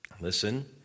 Listen